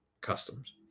customs